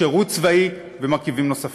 שירות צבאי ומרכיבים נוספים.